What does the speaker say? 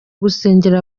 gusengera